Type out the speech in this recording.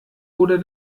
oder